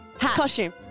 Costume